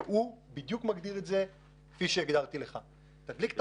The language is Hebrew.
והוא מגדיר את זה בדיוק כפי שהגדרתי לך: תדליק את